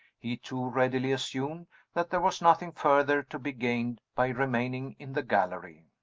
he too readily assumed that there was nothing further to be gained by remaining in the gallery.